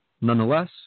Nonetheless